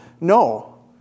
No